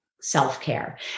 self-care